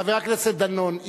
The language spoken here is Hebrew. חבר הכנסת דנון,